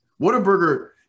Whataburger